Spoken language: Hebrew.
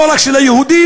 לא רק של היהודים.